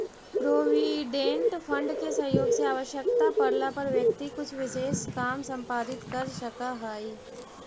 provident fund के सहयोग से आवश्यकता पड़ला पर व्यक्ति कुछ विशेष काम संपादित कर सकऽ हई